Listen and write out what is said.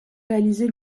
réaliser